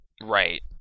Right